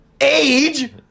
Age